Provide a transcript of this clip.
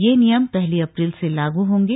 यह नियम पहली अप्रैल से लागू होंगे